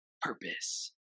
purpose